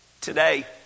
today